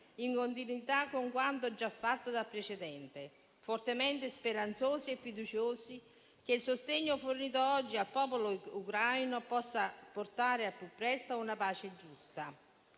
in continuità con quanto già fatto dal precedente, fortemente speranzosi e fiduciosi che il sostegno fornito oggi al popolo ucraino possa portare al più presto a una pace giusta.